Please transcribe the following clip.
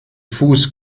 fuß